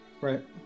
Right